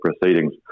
proceedings